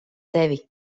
tevi